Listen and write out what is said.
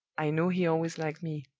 i know he always liked me.